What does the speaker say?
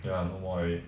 ya no more already